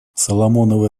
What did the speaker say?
соломоновы